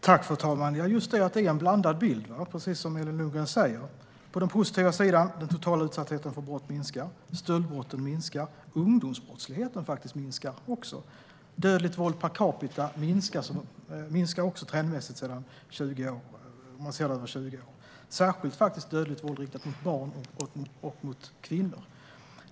Fru talman! Mina tankar är just att det är en blandad bild, precis som Elin Lundgren säger. Det positiva är att den totala utsattheten för brott minskar, liksom stöldbrotten och ungdomsbrottsligheten. Dödligt våld per capita minskar också trendmässigt om man ser det över 20 år. Det gäller särskilt dödligt våld riktat mot barn och kvinnor.